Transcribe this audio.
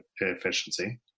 efficiency